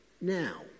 now